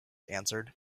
answered